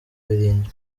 belinda